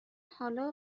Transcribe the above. حالا